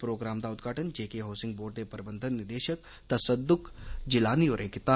programme दा उद्घाटन JK housing board दे प्रबंधन निदेशक तसदुक जिलानी होरें कीता